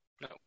No